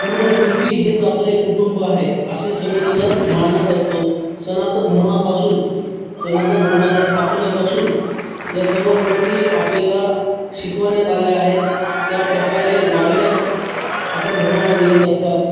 पूर्ण पृथ्वी हेच आपले कुटुंब आहे असे सगळेजण मानत असतो सनातन धर्मापासून सनातन धर्माच्या स्थापनेपासून या सर्व गोष्टी आपल्याला शिकवण्यात आल्या आहेत त्या प्रकारे वागण्यात आपल्या धर्मामध्ये येत असतात